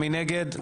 מי נגד?